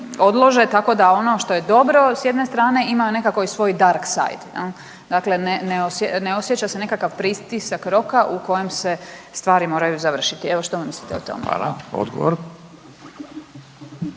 odlože, tako da ono što je dobro sa jedne strane ima nekako i svoj dark side, dakle ne osjeća se nekakav pritisak roka u kojem se stvari moraju završiti. Evo što vi mislite o tome? **Radin,